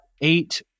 eight